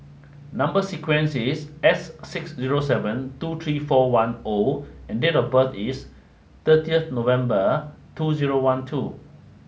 number sequence is S six zero seven two three four one O and date of birth is thirty November two zero one two